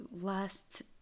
last